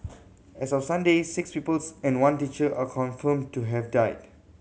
as of Sunday six pupils and one teacher are confirmed to have died